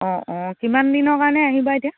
অঁ অঁ কিমান দিনৰ কাৰণে আহিবা এতিয়া